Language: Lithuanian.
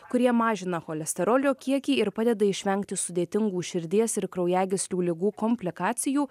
kurie mažina cholesterolio kiekį ir padeda išvengti sudėtingų širdies ir kraujagyslių ligų komplikacijų